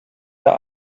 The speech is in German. der